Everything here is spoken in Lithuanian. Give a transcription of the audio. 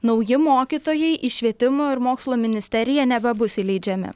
nauji mokytojai į švietimo ir mokslo ministerija nebebus įleidžiami